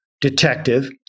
detective